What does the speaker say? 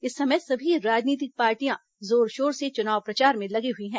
इस समय सभी राजनीतिक पार्टियां जोर शोर से चुनाव प्रचार में लगी हुई हैं